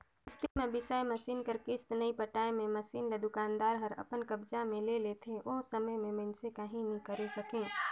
किस्ती म बिसाए मसीन कर किस्त नइ पटाए मे मसीन ल दुकानदार हर अपन कब्जा मे ले लेथे ओ समे में मइनसे काहीं नी करे सकें